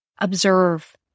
Observe